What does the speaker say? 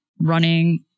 running